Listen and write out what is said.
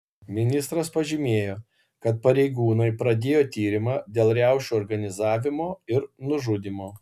ministras pažymėjo kad pareigūnai pradėjo tyrimą dėl riaušių organizavimo ir nužudymo